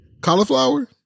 Cauliflower